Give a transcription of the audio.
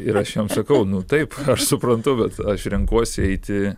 ir aš jam sakau nu taip aš suprantu bet aš renkuosi eiti